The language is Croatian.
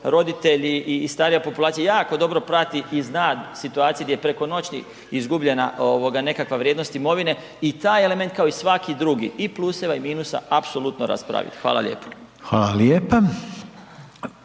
roditelji i starija populacija jako dobro prati i zna situacije gdje je preko noći izgubljena ovoga nekakva vrijednost imovine i taj element kao i svaki drugi i pluseva i minusa apsolutno raspravit. Hvala lijepo. **Reiner,